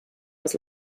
was